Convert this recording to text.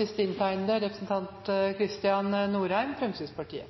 Først skal jeg